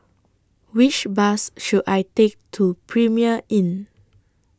Which Bus should I Take to Premier Inn